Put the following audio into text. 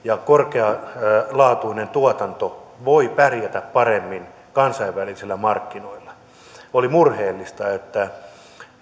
korkealaatuinen tuotanto voi pärjätä paremmin kansainvälisillä markkinoilla oli murheellista että